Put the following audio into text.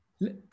Let